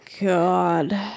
God